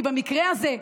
כי במקרה הזה,